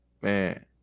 man